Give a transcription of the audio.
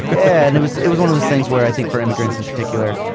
yeah and it was it was one of those things where i think for immigrants in particular,